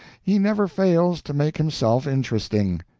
he never fails to make himself interesting,